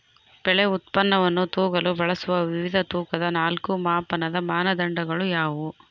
ಬೆಳೆ ಉತ್ಪನ್ನವನ್ನು ತೂಗಲು ಬಳಸುವ ವಿವಿಧ ತೂಕದ ನಾಲ್ಕು ಮಾಪನದ ಮಾನದಂಡಗಳು ಯಾವುವು?